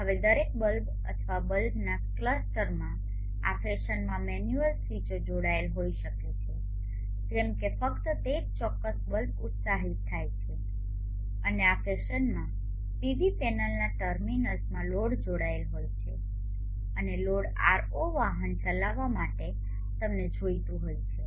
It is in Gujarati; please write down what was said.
હવે દરેક બલ્બ અથવા બલ્બ્સના ક્લસ્ટરમાં આ ફેશનમાં મેન્યુઅલ સ્વીચો જોડાયેલા હોઈ શકે છે જેમ કે ફક્ત તે જ ચોક્કસ બલ્બ્સ ઉત્સાહિત થાય છે અને આ ફેશનમાં પીવી પેનલના ટર્મિનલ્સમાં લોડ જોડાયેલ છે અને લોડ R0 વાહન ચલાવવા માટે તમને જોઈતું હોય છે